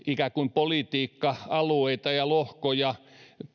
politiikka alueita ja lohkoja